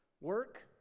Work